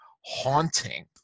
haunting